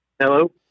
Hello